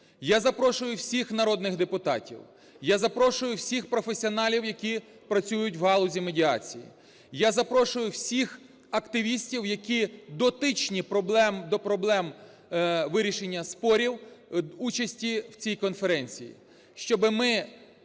Я запрошую всіх народних депутатів, я запрошую всіх професіоналів, які працюють в галузі медіації, я запрошую всіх активістів, які дотичні до проблем вирішення спорів, до участі в цій конференції, щоби ми